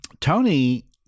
Tony